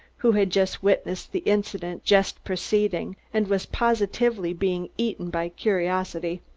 who had just witnessed the incident just preceding, and was positively being eaten by curiosity.